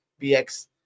BX